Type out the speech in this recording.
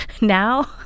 now